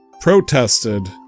protested